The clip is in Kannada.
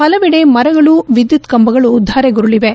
ಹಲವೆಡೆ ಮರಗಳು ವಿದ್ಯುತ್ ಕಂಬಗಳು ಧರೆಗುರುಳಿವೆ